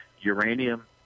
uranium